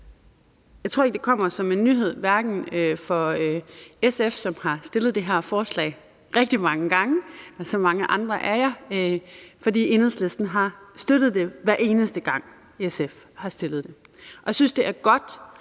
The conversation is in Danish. Jeg tror ikke, det her kommer som en nyhed for SF, som har fremsat det her forslag rigtig mange gange – og det er blevet gjort af så mange andre af jer – for Enhedslisten har støttet det hver eneste gang, SF har fremsat det, og jeg synes, det er godt